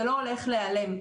זה לא הולך להיעלם.